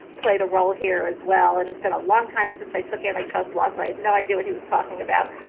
played a role here as well. and it's been a long time since i took antitrust law, so i had no idea what he was talking about.